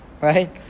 right